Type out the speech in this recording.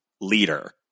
leader